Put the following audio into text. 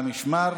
המשמר.